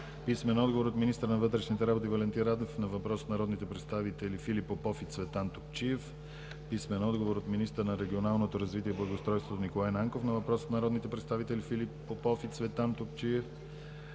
Красимир Янков; – от министъра на вътрешните работи Валентин Радев на въпрос от народните представители Филип Попов и Цветан Топчиев; – от министъра на регионалното развитие и благоустройството Николай Нанков на въпрос от народните представители Филип Попов и Цветан Топчиев;